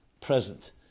present